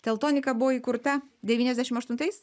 teltonika buvo įkurta devyniasdešim aštuntais